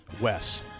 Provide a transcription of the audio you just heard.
Wes